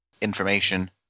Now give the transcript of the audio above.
information